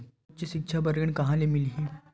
उच्च सिक्छा बर ऋण कहां ले मिलही?